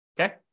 Okay